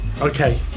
Okay